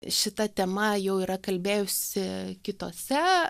šita tema jau yra kalbėjusi kitose